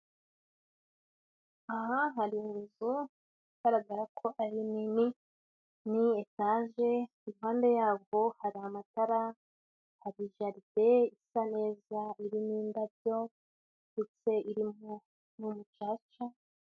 Aha hari inyubako igaragara ko ari nini, ni etaje impande yabwo hari amatara hari jaride isa neza irimo indabyo ndetse irimo umucaca.